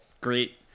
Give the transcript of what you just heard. great